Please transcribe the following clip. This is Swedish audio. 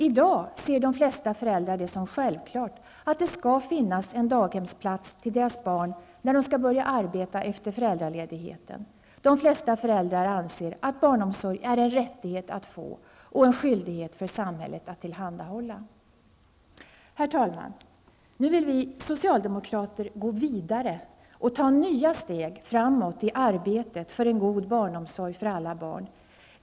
I dag ser de flesta föräldrar det som självklart att det skall finnas en daghemsplats till deras barn när de skall börja arbeta efter föräldraledigheten. De flesta föräldrar anser att barnomsorgen är en rättighet att få och en skyldighet för samhället att tillhandahålla. Herr talman! Nu vill vi socialdemokrater gå vidare och ta nya steg framåt i arbetet för en god barnomsorg till alla barn.